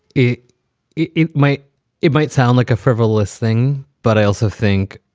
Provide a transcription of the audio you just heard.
it it it might it might sound like a frivolous thing. but i also think,